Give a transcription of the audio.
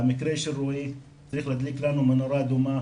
המקרה של רועי צריך להדליק לנו מנורה אדומה